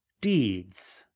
deeds,